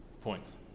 Points